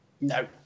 No